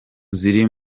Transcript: ziri